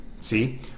See